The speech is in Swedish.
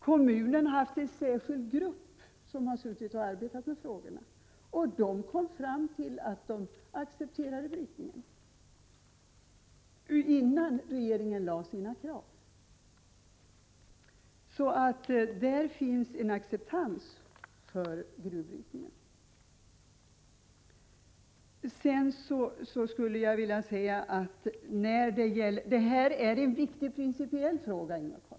Kommunen har tillsatt en särskild grupp som arbetat med dessa frågor, och den gruppen accepterade brytningen innan regeringen lade fram sina krav. 45 Detta är en viktig principiell fråga, Ingvar Carlsson.